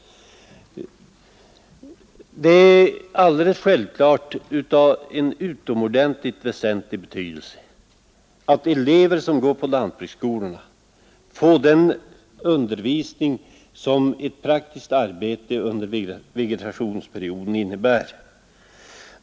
Det är alldeles självklart av utomordentlig betydelse att de elever som går på lantbruksskolorna får den undervisning som ett praktiskt arbete under vegetationstiden innebär.